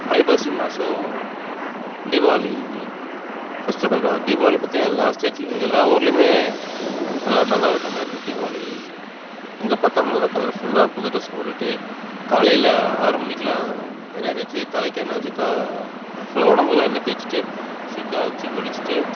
ஐப்பசி மாதம் தீபாவளி ஃபெஸ்டிவல் கொண்டாடு தீபாவளி பற்றி எல்லா ஸ்டேட்லேயும் எல்லா ஊருலேயுமே எல்லாரும் நல்லாவே கொண்டாடுவோம் தீபாவளி எங்கே பார்த்தாலும் நல்ல கலர்ஃபுல்லாக புது டிரஸ் போட்டுகிட்டு காலையில் ஆறு மணிக்குலாம் எண்ணெய் தேய்ச்சி தலைக்கு எண்ணெய் தேய்ச்சி கா ஃபுல் உடம்புக்குலாம் எண்ணெய் தேய்ச்சிட்டு சீகைக்காய் வச்சு குளித்துட்டு